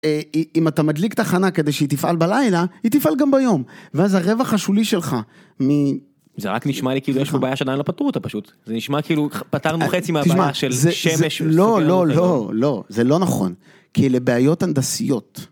אם אתה מדליק תחנה כדי שהיא תפעל בלילה, היא תפעל גם ביום. ואז הרווח השולי שלך מ... זה רק נשמע לי כאילו יש פה בעיה שעדיין לא פתרו אותה פשוט. זה נשמע כאילו פתרנו חצי מהבעיה של שמש ו... לא, לא, לא, לא, זה לא נכון. כי אלו בעיות הנדסיות...